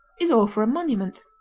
is all for a monument.